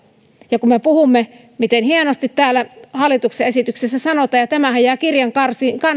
ja kun me puhumme miten hienosti täällä hallituksen esityksessä sanotaan ja tämähän jää kirjankansiin